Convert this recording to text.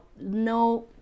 no